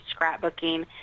scrapbooking